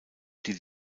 die